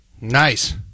Nice